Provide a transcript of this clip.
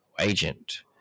agent